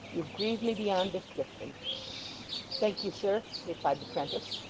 you grieve me beyond description thank you, sir replied the prentice.